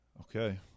Okay